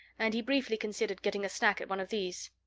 and he briefly considered getting a snack at one of these.